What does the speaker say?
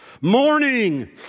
Morning